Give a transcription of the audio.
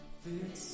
fix